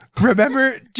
Remember